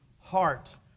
heart